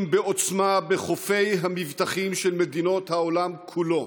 בעוצמה בחופי המבטחים של מדינות העולם כולו.